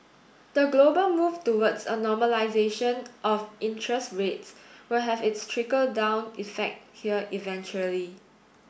the global move towards a normalisation of interest rates will have its trickle down effect here eventually